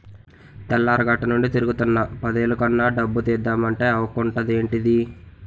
తెల్లారగట్టనుండి తిరుగుతున్నా పదేలు కన్నా డబ్బు తీద్దమంటే అవకుంటదేంటిదీ?